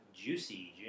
juicy